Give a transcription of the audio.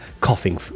coughing